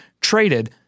traded